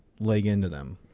leg into them.